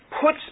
puts